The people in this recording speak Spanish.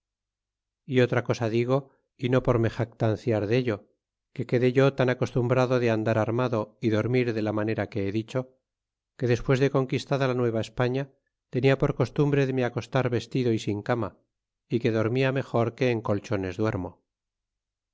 y otra cosa digo y no por me jactanciar dello que quedé yo tan acostumbrado de andar armado y dormir de la manera qtr he dicho que despues de conquistada la nueva españa tenia por costumbre de me acostar vestido y sin cama é que dormia mejor que en colchones duermo